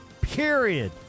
period